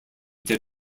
did